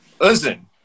Listen